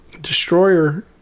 Destroyer